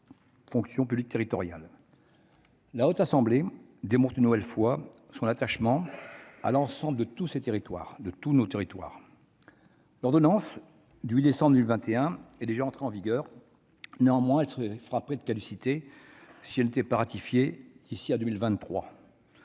La Haute Assemblée démontre une nouvelle fois son attachement à l'ensemble de nos territoires. L'ordonnance du 8 décembre 2021 est déjà entrée en vigueur. Néanmoins, elle serait frappée de caducité si elle n'était pas ratifiée d'ici à 2023.